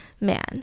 man